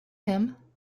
him